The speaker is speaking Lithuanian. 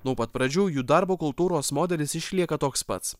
nuo pat pradžių jų darbo kultūros modelis išlieka toks pats